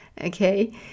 Okay